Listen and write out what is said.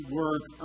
work